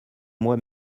moi